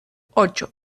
ocho